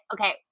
okay